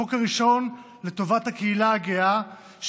החוק הראשון לטובת הקהילה הגאה,